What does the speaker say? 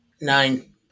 Nine